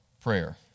prayer